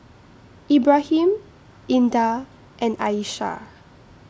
Ibrahim Indah and Aishah